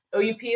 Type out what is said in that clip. OUP